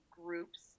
groups